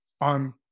on